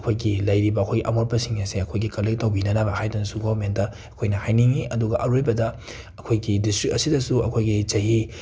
ꯑꯩꯈꯣꯏꯒꯤ ꯂꯩꯔꯤꯕ ꯑꯩꯈꯣꯏ ꯑꯃꯣꯠꯄꯁꯤꯡ ꯑꯁꯦ ꯑꯩꯈꯣꯏꯒꯤ ꯀꯜꯂꯦꯛ ꯇꯧꯕꯤꯅꯅꯕ ꯍꯥꯏꯗꯨꯅꯁꯨ ꯒꯣꯔꯃꯦꯟꯠꯇꯢꯢ ꯑꯩꯈꯣꯏꯅ ꯍꯥꯏꯅꯤꯡꯉꯤ ꯑꯗꯨꯒ ꯑꯔꯣꯏꯕꯗ ꯑꯩꯈꯣꯏꯒꯤ ꯗꯤꯁꯁ꯭ꯔꯤꯛ ꯑꯁꯤꯗꯁꯨ ꯑꯩꯈꯣꯏꯒꯤ ꯆꯍꯤ